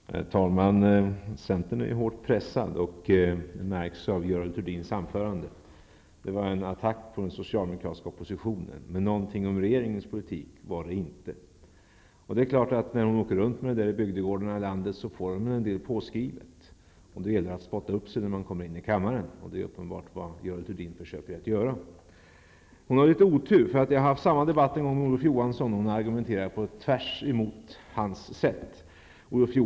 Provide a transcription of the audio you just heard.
Herr talman! Centern är hårt pressad, och det märks på Görel Thurdins anförande. Det var en attack på den socialdemokratiska oppositionen, men där finns ingenting om regeringens politik. När hon åker runt med det till bygdegårdarna ute i landet får hon väl en del påskrivet, och då gäller det för henne att spotta upp sig när hon kommer in i kammaren, vilket är just vad Görel Thurdin försöker göra. Görel Thurdin har litet otur. Jag har nämligen haft samma debatt med Olof Johansson, och Görel Thurdin argumenterar tvärtemot vad han gör.